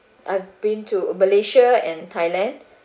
I've been to Malaysia and Thailand